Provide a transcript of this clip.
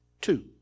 Two